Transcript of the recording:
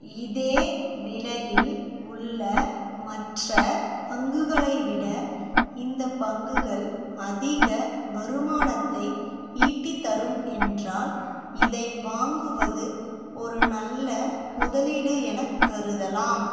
இதே விலையில் உள்ள மற்ற பங்குகளைவிட இந்தப் பங்குகள் அதிக வருமானத்தை ஈட்டித் தரும் என்றால் இதை வாங்குவது ஒரு நல்ல முதலீடு எனக் கருதலாம்